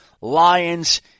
Lions